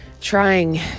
trying